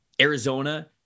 Arizona